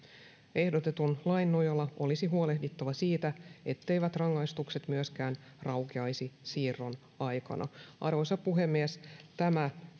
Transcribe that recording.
ehdotetun lain nojalla olisi huolehdittava siitä etteivät rangaistukset myöskään raukeaisi siirron aikana arvoisa puhemies tämä